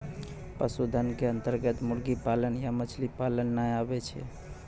पशुधन के अन्तर्गत मुर्गी पालन या मछली पालन नाय आबै छै